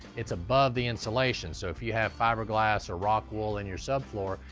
it's above the insulation. so if you have fiberglass or rock wool in your sublfloor,